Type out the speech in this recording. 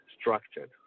structured